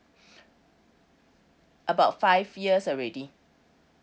about five years already